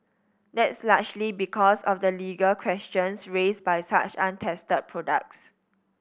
that's largely because of the legal questions raised by such untested products